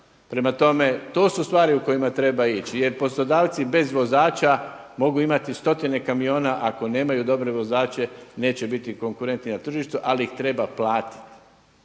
Prema tome, to su stvari kojima treba ići jer poslodavci bez vozača mogu imati stotine kamiona ako nemaju dobre vozače neće biti konkurentni na tržištu ali ih treba platiti.